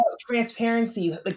transparency